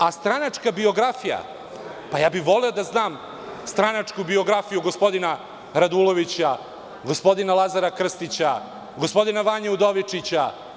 A stranačka biografija, pa ja bih voleo da znam stranačku biografiju gospodina Radulovića, gospodina Lazara Krstića, gospodina Vanje Udovičića.